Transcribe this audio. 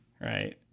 right